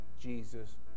Jesus